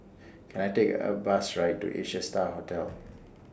Can I Take A Bus Right to Asia STAR Hotel